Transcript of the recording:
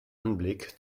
anblick